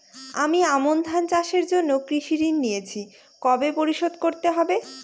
আমি আমন ধান চাষের জন্য কৃষি ঋণ নিয়েছি কবে পরিশোধ করতে হবে?